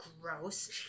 Gross